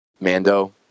Mando